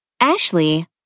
Ashley